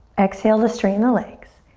exhale to straighten the legs,